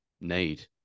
need